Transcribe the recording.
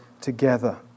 together